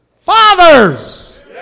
Fathers